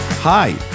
Hi